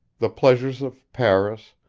the pleasures of paris,